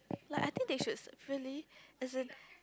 like I think they should really as in